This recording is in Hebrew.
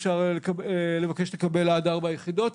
אפשר לבקש לקבל עד ארבע יחידות,